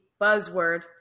buzzword